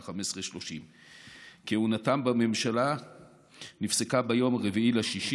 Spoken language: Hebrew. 15:30. כהונתם בממשלה נפסקה ביום 4 ביוני,